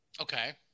Okay